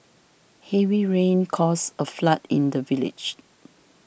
heavy rains caused a flood in the village